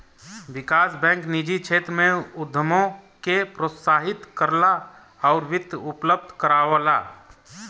विकास bank निजी क्षेत्र में उद्यमों के प्रोत्साहित करला आउर वित्त उपलब्ध करावला